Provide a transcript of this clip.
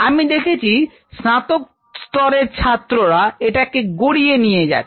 আমি দেখেছি স্নাতক স্তরের ছাত্ররা এটিকে গড়িয়ে নিয়ে যাচ্ছে